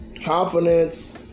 confidence